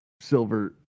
silver